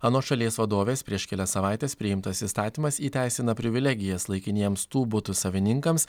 anot šalies vadovės prieš kelias savaites priimtas įstatymas įteisina privilegijas laikiniems tų butų savininkams